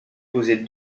poser